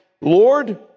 Lord